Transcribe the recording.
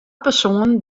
persoanen